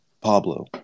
Pablo